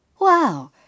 Wow